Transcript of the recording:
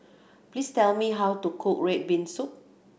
please tell me how to cook red bean soup